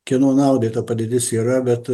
kieno naudai ta padėtis yra bet